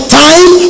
time